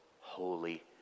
holy